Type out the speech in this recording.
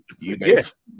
Yes